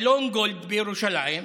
שמלון גולד בירושלים,